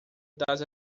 das